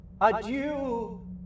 adieu